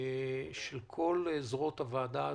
של כל זרועות הוועדה הזאת.